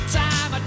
time